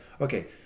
okay